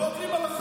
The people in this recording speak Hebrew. לא עוברים על החוק.